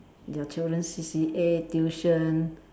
your children C_C_A tuition